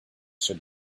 should